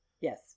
yes